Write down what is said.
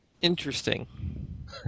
Interesting